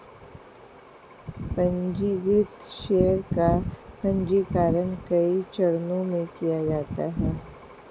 पन्जीकृत शेयर का पन्जीकरण कई चरणों में किया जाता है